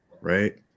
right